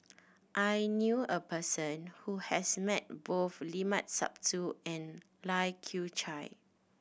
I knew a person who has met both Limat Sabtu and Lai Kew Chai